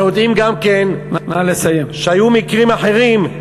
אנחנו יודעים גם שהיו מקרים אחרים,